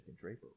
Draper